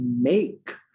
make